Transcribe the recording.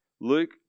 Luke